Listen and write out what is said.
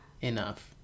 enough